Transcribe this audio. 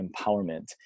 empowerment